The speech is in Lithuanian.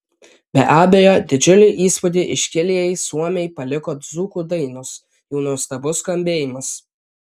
be abejo didžiulį įspūdį iškiliajai suomei paliko dzūkų dainos jų nuostabus skambėjimas